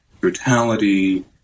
brutality